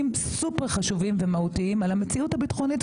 סופר-חשובים ומהותיים על המציאות הביטחונית.